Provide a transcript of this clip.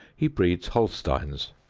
he breeds holsteins.